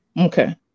Okay